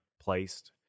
placed